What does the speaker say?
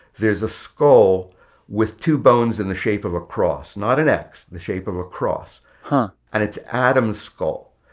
there's a skull with two bones in the shape of a cross, not an x, the shape of a cross huh and it's adam's skull.